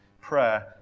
Prayer